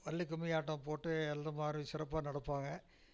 வள்ளி கும்மியாட்டம் போட்டு எழுதுமாரு சிறப்பாக நடப்பாங்க